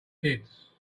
kids